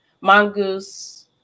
Mongoose